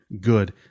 good